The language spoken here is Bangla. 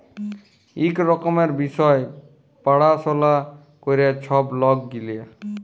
ইক রকমের বিষয় পাড়াশলা ক্যরে ছব লক গিলা